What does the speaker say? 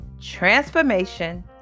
transformation